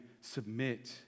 Submit